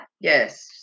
Yes